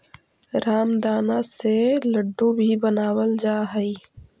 रामदाना से लड्डू भी बनावल जा हइ